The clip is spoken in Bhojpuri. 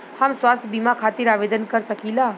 हम स्वास्थ्य बीमा खातिर आवेदन कर सकीला?